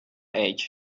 edge